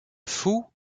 fou